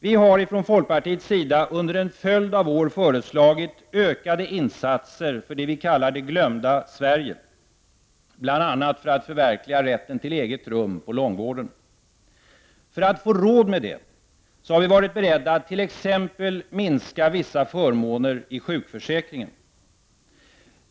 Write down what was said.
Vi har från folkpartiets sida under en följd av år föreslagit ökade insatser för det vi kallar det glömda Sverige, bl.a. för att förverkliga rätten till eget rum i långvården. För att få råd med det har vi varit beredda att t.ex. minska vissa förmåner i sjukförsäkringen.